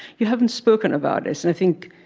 you haven't spoken about it, and i think